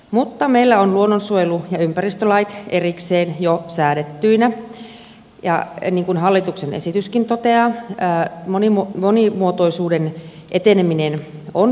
mutta meillä on luonnonsuojelu ja ympäristölait erikseen jo säädettyinä ja niin kuin hallituksen esityskin toteaa monimuotoisuuden heikentyminen ei ole pysähtynyt